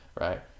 right